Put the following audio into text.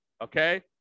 Okay